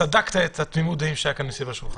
סדקת את תמימות הדעים שהייתה כאן סביב השולחן.